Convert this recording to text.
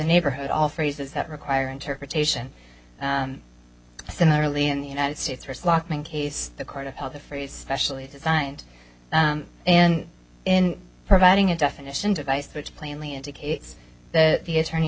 neighborhood all phrases that require interpretation similarly in the united states first lockman case the court upheld the phrase specially designed and in providing a definition device which plainly indicates that the attorney